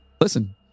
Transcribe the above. listen